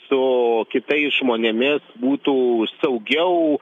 su kitais žmonėmis būtų saugiau